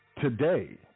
today